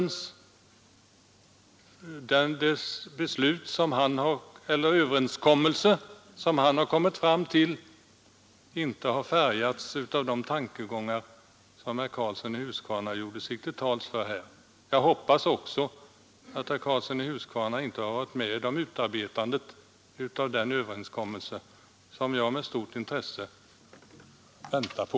Jag hoppas att den överenskommelse som socialministern kommit fram till inte har färgats av de tankegångar som herr Karlsson i Huskvarna gjorde sig till talesman för. Jag hoppas också att herr Karlsson i Huskvarna inte har varit med om utarbetandet av denna överenskommelse, som jag med stort intresse väntar på.